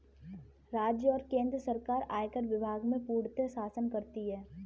राज्य और केन्द्र सरकार आयकर विभाग में पूर्णतयः शासन करती हैं